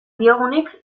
diogunik